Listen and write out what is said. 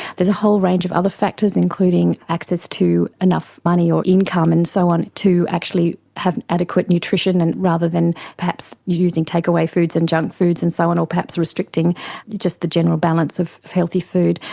there's a whole range of other factors including access to enough money or income and so on to actually have adequate nutrition and rather than perhaps using take-away foods and junk foods and so on or perhaps restricting just the general balance of healthy food.